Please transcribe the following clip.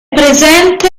presente